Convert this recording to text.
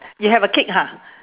you have a cake ha